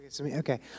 Okay